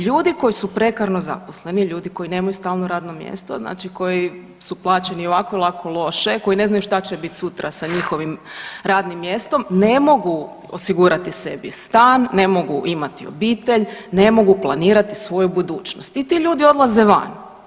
Ljudi koji su prekarno zaposleni, ljudi koji nemaju stalno radno mjesto znači koji su plaćeni i ovako i onako loše, koji ne znaju šta će bit sutra sa njihovim radnim mjestom ne mogu osigurati sebi stan, ne mogu imati obitelj, ne mogu planirati svoju budućnost i ti ljudi odlaze van.